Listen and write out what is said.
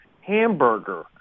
hamburger